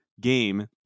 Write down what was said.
game